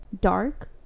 dark